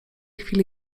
chwili